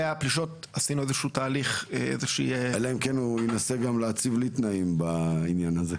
אלא אם כן הוא ינסה גם להציב לי תנאים בעניין הזה.